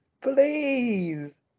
please